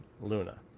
Luna